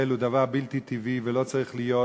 היא דבר בלתי טבעי שלא צריך להיות,